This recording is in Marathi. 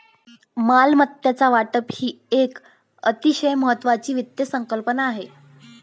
मालमत्ता वाटप ही एक अतिशय महत्वाची वित्त संकल्पना आहे